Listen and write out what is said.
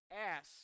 ask